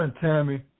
Tammy